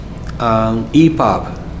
EPUB